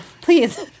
Please